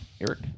Eric